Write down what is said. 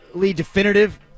definitive